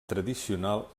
tradicional